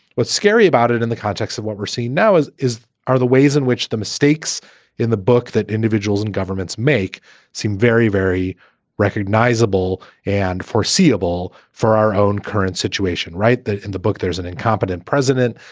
what's scary about it in the context of what we're seeing now as is, are the ways in which the mistakes in the book that individuals and governments make seem very, very recognizable and foreseeable for our own current situation. right. in the book, there's an incompetent president.